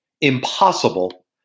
impossible